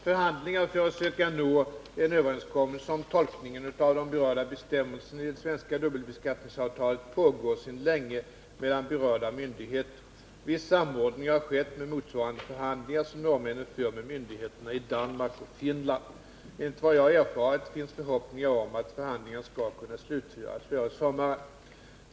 Förhandlingar för att söka nå en överenskommelse om tolkningen av de berörda bestämmelserna i det svensk-norska dubbelbeskattningsavtalet pågår sedan länge mellan berörda myndigheter. Viss samordning har skett med motsvarande förhandlingar som norrmännen för med myndigheterna i Danmark och Finland. Enligt vad jag har erfarit finns vissa förhoppningar om att förhandlingarna skall kunna slutföras före sommaren.